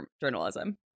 journalism